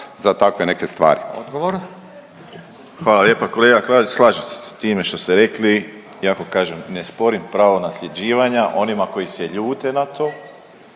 **Borić, Josip (HDZ)** Hvala lijepa kolega. Slažem se s time što ste rekli iako kažem ne sporim pravo nasljeđivanja onima koji se ljute na to,